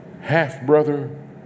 half-brother